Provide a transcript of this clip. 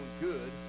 good